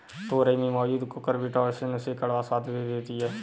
तोरई में मौजूद कुकुरबिटॉसिन उसे कड़वा स्वाद दे देती है